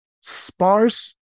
sparse